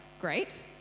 great